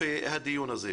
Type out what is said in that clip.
לנושא.